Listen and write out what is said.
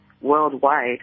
worldwide